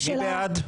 מי בעד?